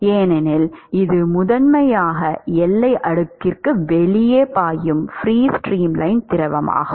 ஏனெனில் இது முதன்மையாக எல்லை அடுக்குக்கு வெளியே பாயும் ஃப்ரீ ஸ்ட்ரீம் திரவமாகும்